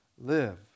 live